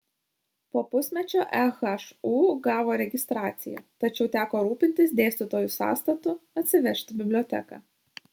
po pusmečio ehu gavo registraciją tačiau teko rūpintis dėstytojų sąstatu atsivežti biblioteką